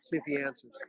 if he answers